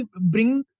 bring